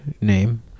name